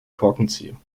korkenzieher